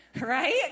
right